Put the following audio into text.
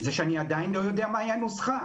זה שאני עדיין לא יודע מהי הנוסחה.